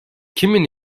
kimin